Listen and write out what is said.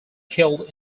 killed